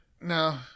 no